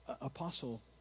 apostle